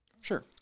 sure